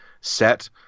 set